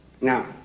Now